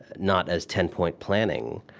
not as ten-point planning,